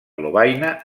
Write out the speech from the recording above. lovaina